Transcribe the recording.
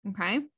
okay